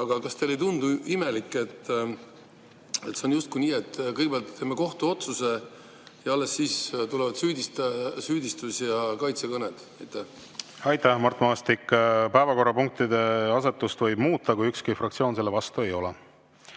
Aga kas teile ei tundu imelik, et see on justkui nii, et kõigepealt teeme kohtuotsuse ja alles siis tulevad süüdistus ja kaitsekõned? Aitäh, Mart Maastik! Päevakorrapunktide asetust võib muuta, kui ükski fraktsioon selle vastu ei